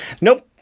nope